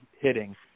hitting